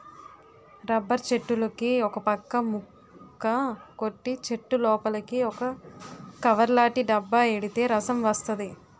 rubber చెట్టులుకి ఒకపక్క ముక్క కొట్టి చెట్టులోపలికి ఒక కవర్లాటి డబ్బా ఎడితే రసం వస్తది